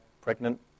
pregnant